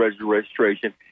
registration